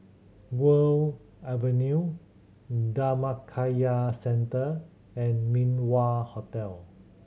Guok Avenue Dhammakaya Centre and Min Wah Hotel